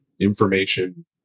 information